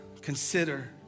consider